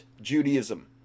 Judaism